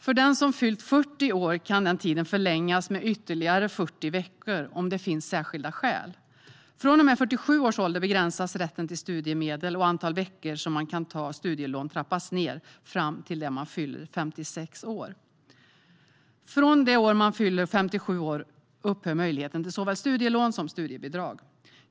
För den som har fyllt 40 år kan den tiden förlängas med ytterligare 40 veckor, om det finns särskilda skäl. Från och med 47 års ålder begränsas rätten till studiemedel, och antal veckor som man kan ta studielån trappas ned fram till det år man fyller 56. Från och med det år man fyller 57 upphör möjligheten till såväl studielån som studiebidrag.